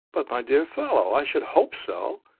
but, my dear fellow i should hope so!